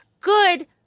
Good